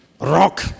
rock